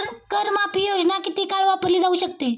कर माफी योजना किती काळ वापरली जाऊ शकते?